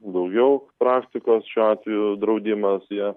daugiau praktikos šiuo atveju draudimas jie